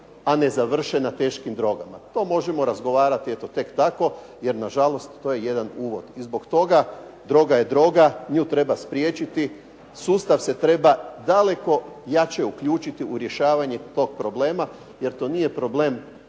a ne završe na teškim drogama. To možemo razgovarati eto tek tako, jer na žalost to je jedan uvod. I zbog toga droga je droga. Nju treba spriječiti. Sustav se treba daleko jače uključiti u rješavanje tog problema, jer to nije problem